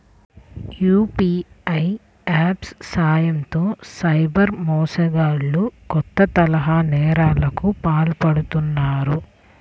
UPI apps సాయంతో cyber మోసగాళ్లు కొత్త తరహా నేరాలకు పాల్పడుతున్నారు